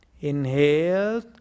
Inhale